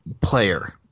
player